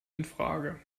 infrage